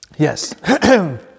Yes